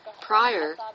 Prior